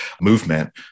movement